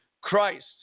Christ